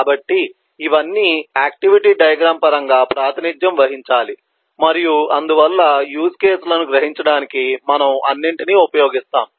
కాబట్టి ఇవన్నీ activity diagram పరంగా ప్రాతినిధ్యం వహించాలి మరియు అందువల్ల యూజ్ కేసు లను గ్రహించడానికి మనము అన్నింటినీ ఉపయోగిస్తాము